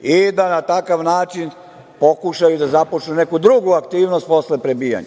i da na takav način pokušaju da započnu neku drugu aktivnost posle prebijanja.